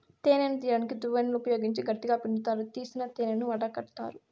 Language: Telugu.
తేనెను తీయడానికి దువ్వెనలను ఉపయోగించి గట్టిగ పిండుతారు, తీసిన తేనెను వడగట్టుతారు